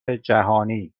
جهانی